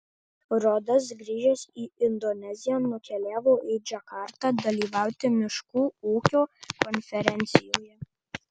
rodas grįžęs į indoneziją nukeliavo į džakartą dalyvauti miškų ūkio konferencijoje